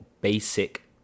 basic